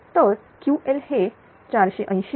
तर Ql हे4800